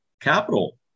capital